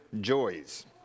Joys